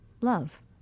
love